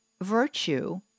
virtue